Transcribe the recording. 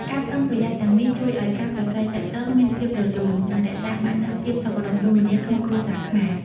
ការប្រុងប្រយ័ត្នទាំងនេះជួយឲ្យការប្រាស្រ័យទាក់ទងមានភាពរលូន និងរក្សាបាននូវភាពសុខដុមរមនាក្នុងគ្រួសារខ្មែរ។